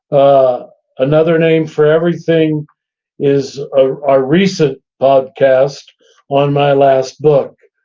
ah another name for everything is ah our recent podcast on my last book,